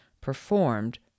performed